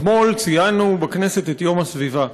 אתמול ציינו בכנסת את יום הסביבה.